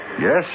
Yes